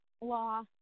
law